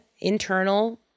internal